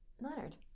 Leonard